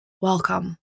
welcome